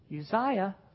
Uzziah